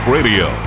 Radio